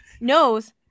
Knows